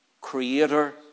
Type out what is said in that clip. creator